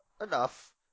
Enough